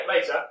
later